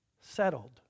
Settled